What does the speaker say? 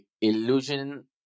illusion